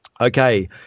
Okay